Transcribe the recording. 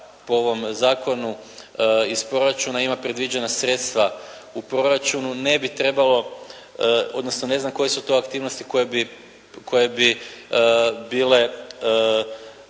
po ovom zakonu iz proračuna ima predviđena sredstva u proračunu, ne bi trebalo odnosno ne znam koje su to aktivnosti koje bi bile